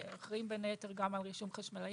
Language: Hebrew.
שאחראים בין היתר על רישום חשמלאים,